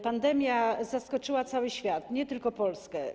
Pandemia zaskoczyła cały świat, nie tylko Polskę.